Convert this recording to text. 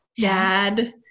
dad